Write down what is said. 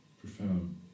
Profound